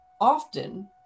often